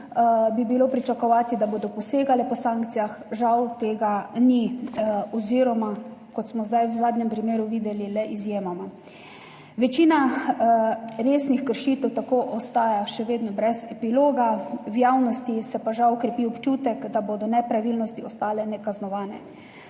bi bilo pričakovati, da bodo posegali po sankcijah, žal tega ni oziroma kot smo zdaj v zadnjem primeru videli le izjemoma. Večina resnih kršitev tako ostaja še vedno brez epiloga, v javnosti se pa žal krepi občutek, da bodo nepravilnosti ostale nekaznovane.